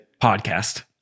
podcast